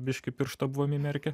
biškį pirštą buvom įmerkę